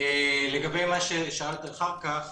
לגבי מה ששאלת אחר כך,